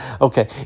Okay